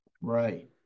Right